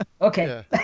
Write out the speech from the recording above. Okay